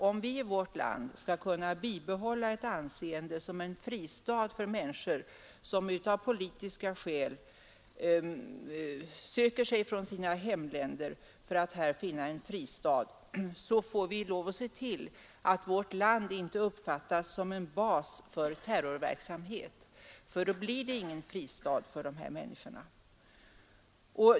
Om Sverige skall kunna bibehålla ett anseende som en fristad för människor, som av politiska skäl söker sig från sina hemländer för att här finna en fristad, så får vi lov att se till att vårt land inte uppfattas som en bas för terrorverksamhet, för då blir det ingen fristad för de här människorna.